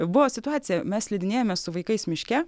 buvo situacija mes slidinėjame su vaikais miške